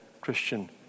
Christian